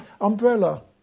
umbrella